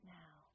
now